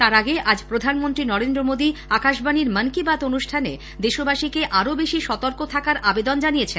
তার আগে আজ প্রধানমন্ত্রী নরেন্দ্র মোদী আকাশবাণীর মন কি বাত অনুষ্ঠানে দেশবাসীকে আরো বেশি সতর্ক খাকার আবেদন জানিয়েছেন